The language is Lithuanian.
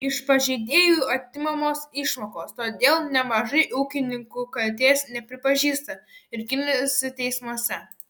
iš pažeidėjų atimamos išmokos todėl nemažai ūkininkų kaltės nepripažįsta ir ginasi teismuose